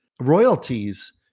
royalties